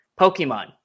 Pokemon